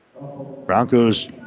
Broncos